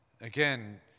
Again